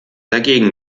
dagegen